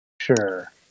Sure